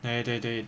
对对对